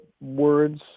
words